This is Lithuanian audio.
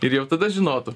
ir jau tada žinotų